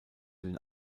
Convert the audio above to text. den